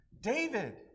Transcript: David